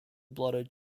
blooded